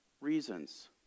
reasons